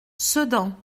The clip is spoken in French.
sedan